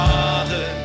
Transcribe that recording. Father